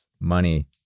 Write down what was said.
money